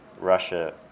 Russia